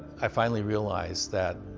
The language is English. i finally realized that,